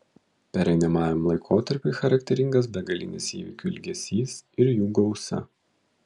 pereinamajam laikotarpiui charakteringas begalinis įvykių ilgesys ir jų gausa